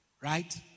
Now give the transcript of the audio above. Right